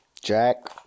Jack